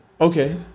Okay